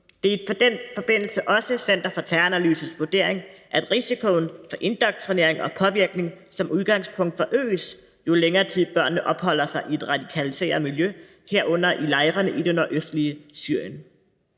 »Det er i den forbindelse også CTA’s vurdering, at risikoen for indoktrinering og påvirkning som udgangspunkt forøges, jo længere tid børnene opholder sig i et radikaliseret miljø, herunder i lejrene i det nordøstlige Syrien.«